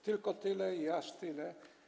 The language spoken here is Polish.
Tylko tyle i aż tyle.